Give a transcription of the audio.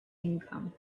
income